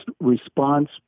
response